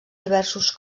diversos